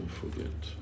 forget